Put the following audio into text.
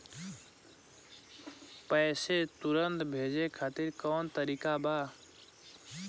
पैसे तुरंत भेजे खातिर कौन तरीका बा?